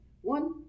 One